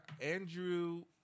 Andrew